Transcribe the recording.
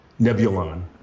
Nebulon